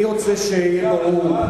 אני רוצה שיהיה ברור,